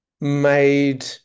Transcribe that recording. made